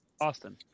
Austin